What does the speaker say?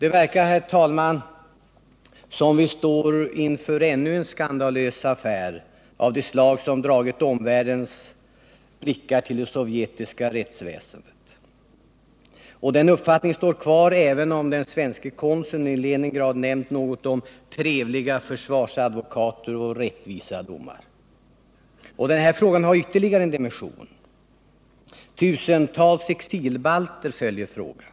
Det verkar, herr talman, som om vi står inför ännu en skandalös affär av det slag som dragit omvärldens blickar till det sovjetiska rättsväsendet. Den uppfattningen står kvar, även om den svenske konsuln i Leningrad nämnt något om trevliga försvarsadvokater och rättvisa domar. 49 Nr 47 Frågan har ytterligare en dimension. Tusentals exilbalter följer frågan.